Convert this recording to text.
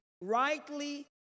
rightly